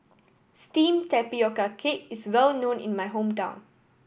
steamed tapioca cake is well known in my hometown